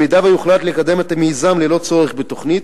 אם יוחלט לקדם את המיזם ללא צורך בתוכנית,